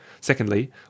Secondly